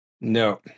No